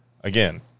Again